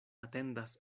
atendas